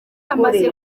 amaze